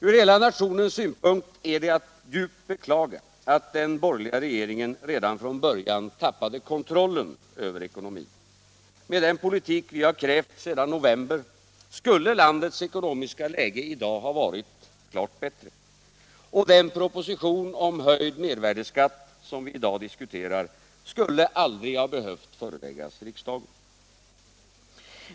Från hela nationens synpunkt är det att djupt beklaga att den borgerliga regeringen redan från början tappade kontrollen över ekonomin. Med den politik vi har krävt sedan i november skulle landets ekonomiska läge i dag ha varit klart bättre, och den proposition om höjning av mervärdeskatten som vi i dag diskuterar skulle aldrig ha behövt föreläggas riksdagen.